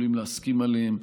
יכולים להסכים עליהם,